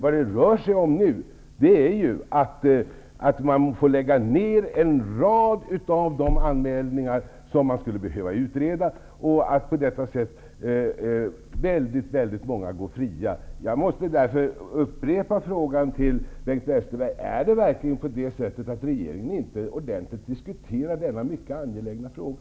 Nu får man lägga åt sidan en rad anmälningar som skulle behöva utredas, och på detta sätt går väldigt många fria. Jag måste därför upprepa min fråga till Bengt Westerberg: Är det verkligen så att regeringen inte ordentligt diskuterat denna mycket angelägna fråga?